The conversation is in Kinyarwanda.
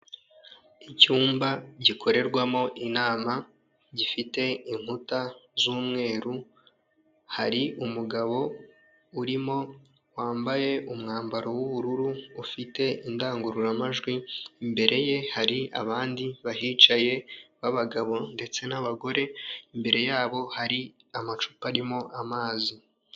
Icyumba gikorerwamo inama, gifite inkuta z'umweru, hari umugabo urimo wambaye umwambaro w'ubururu, ufite indangururamajwi, imbere ye hari abandi bahicaye b'abagabo ndetse n'abagore, imbere yabo hari amacupa arimo amazi.